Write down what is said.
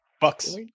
Bucks